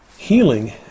Healing